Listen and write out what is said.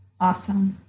awesome